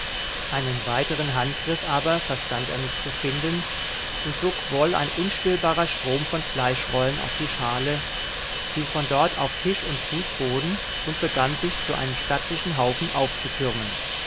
einen weiteren handgriff aber verstand er nicht zu finden und so quoll ein unstillbarer strom von fleischrollen auf die schale fiel von dort auf tisch und fußboden und begann sich zu einem stattlichen haufen aufzutürmen